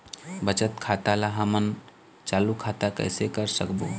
बचत खाता ला हमन चालू खाता कइसे कर सकबो?